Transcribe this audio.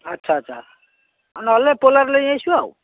ଆଚ୍ଛା ଆଚ୍ଛା ନହେଲେ ପୋଲାର ନେଇଆସିବା ଆଉ